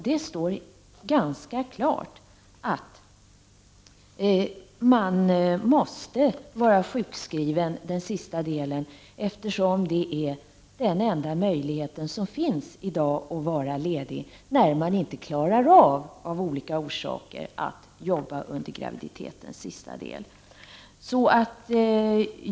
Det står klart att man måste vara sjukskriven den sista delen av graviditeten, eftersom det är den enda möjlighet som finns i dag att vara ledig när man inte klarar av olika orsaker att arbeta under graviditetens sista del.